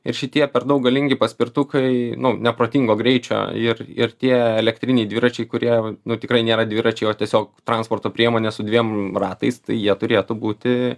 ir šitie per daug galingi paspirtukai nu neprotingo greičio ir ir tie elektriniai dviračiai kurie tikrai nėra dviračiai o tiesiog transporto priemonė su dviem ratais tai jie turėtų būti